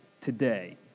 today